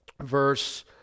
verse